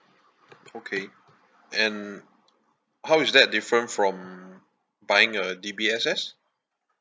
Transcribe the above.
okay and how is that different from buying a D_B_S_S